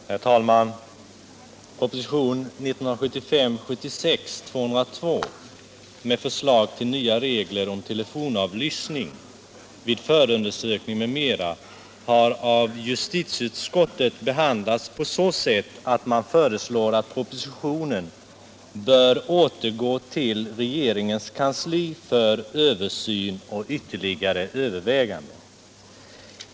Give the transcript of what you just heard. Herr talman! Propositionen 1975/76:202 med förslag till nya regler om telefonavlyssning vid förundersökning m.m. har av justitieutskottet behandlats på så sätt att man föreslår att propositionen bör återgå till regeringens kansli för översyn och ytterligare överväganden.